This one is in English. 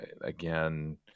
again